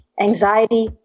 anxiety